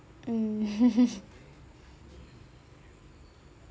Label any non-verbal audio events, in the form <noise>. mm <laughs>